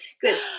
good